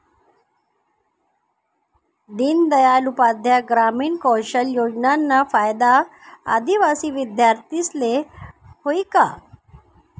दीनदयाल उपाध्याय ग्रामीण कौशल योजनाना फायदा आदिवासी विद्यार्थीस्ले व्हयी का?